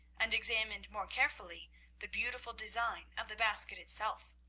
and examined more carefully the beautiful design of the basket itself.